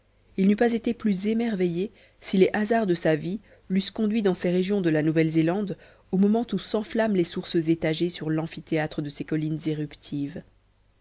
il n'eût pas été plus émerveillé si les hasards de sa vie l'eussent conduit dans ces régions de la nouvelle zélande au moment où s'enflamment les sources étagées sur l'amphithéâtre de ses collines éruptives